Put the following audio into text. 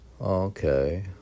okay